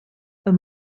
een